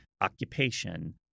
occupation